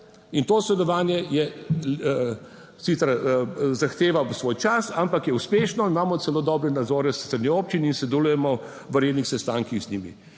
in to sodelovanje sicer zahteva svoj čas, ampak je uspešno, imamo celo dobre nadzore s strani občin in sodelujemo v rednih sestankih z njimi.